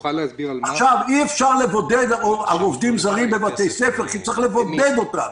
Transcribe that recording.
אי אפשר לבודד עובדים זרים בבתי ספר כי צריך לבודד אותם.